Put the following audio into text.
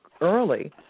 early